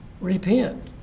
Repent